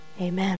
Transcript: amen